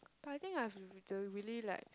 but I think I've to really like